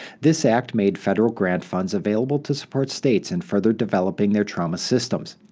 this act made federal grant funds available to support states in further developing their trauma systems.